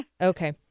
Okay